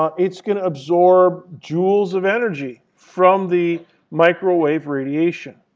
um it's going to absorb joules of energy from the microwave radiation.